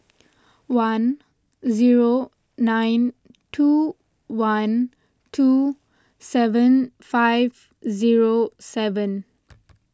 one zero nine two one two seven five zero seven